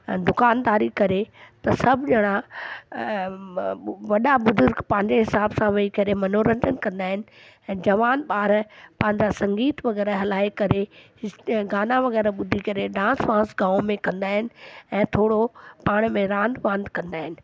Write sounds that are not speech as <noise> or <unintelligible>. अ दुकानदारी करे त सभु जणा वॾा बुजूर्ग पंहिंजे हिसाब सां वेही करे मनोरंजनु कंदा आहिनि ऐं जवान ॿार पंहिंजा संगीत वग़ैरह हलाये करे <unintelligible> गाना वग़ैरह ॿुधी करे डांस वांस गांव में कंदा आहिनि ऐं थोरो पाण में रांदि वांधि कंदा आहिनि